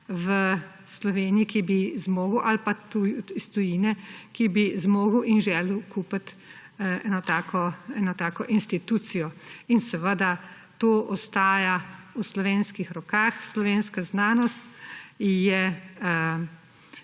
v Sloveniji ali pa iz tujine, ki bi zmogel in želel kupiti eno tako institucijo, in seveda to ostaja v slovenskih rokah. Slovenska znanost je